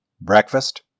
breakfast